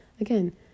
again